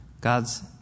God's